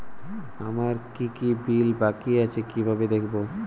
আমার কি কি বিল বাকী আছে কিভাবে দেখবো?